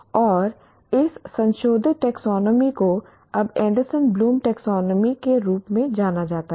और इस संशोधित टैक्सोनॉमी को अब एंडरसन ब्लूम टैक्सोनॉमी के रूप में जाना जाता है